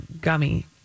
gummy